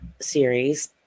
series